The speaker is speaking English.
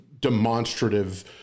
demonstrative